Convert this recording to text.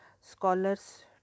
scholars